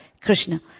Krishna